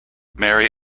mary